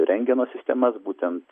rentgeno sistemas būtent